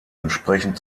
entsprechen